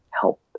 help